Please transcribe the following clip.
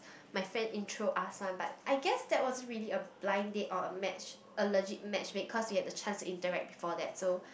my friend intro us one but I guess that wasn't really a blind date or a match a legit match make cause we had the chance to interact before that so